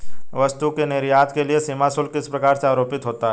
वस्तु के निर्यात के लिए सीमा शुल्क किस प्रकार से आरोपित होता है?